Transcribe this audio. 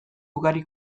ugari